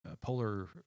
Polar